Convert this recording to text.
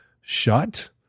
shut